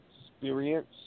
experience